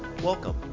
Welcome